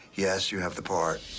yes, you have the part.